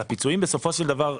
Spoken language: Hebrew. על הפיצויים, בסופו של דבר,